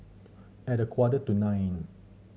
at a quarter to nine